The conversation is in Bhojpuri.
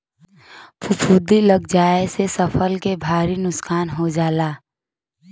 फफूंदी लग जाये से फसल के भारी नुकसान हो जाला